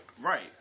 Right